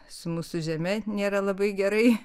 su mūsų žeme nėra labai gerai